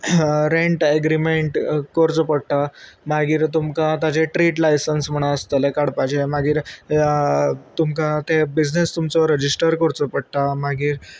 rent agreement करचो पडटा मागीर तुमकां ताजे ट्रेड लायसंस म्हण आसतलें काडपाचे मागीर तुमकां ते बिजनेस तुमचो रजिस्टर करचो पडटा मागीर